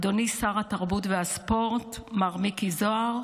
אדוני שר התרבות והספורט מר מיקי זוהר,